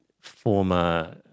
former